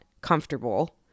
comfortable